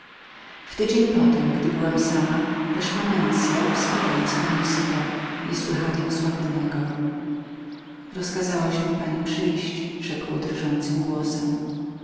w tydzień potem siedziałam sama gdy weszła mensia wspierając hermosita niesłychanie osłabionego rozkazałaś mi pani przyjść rzekł drżącym głosem